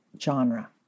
genre